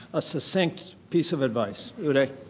a succinct piece of advice, udai?